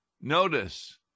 Notice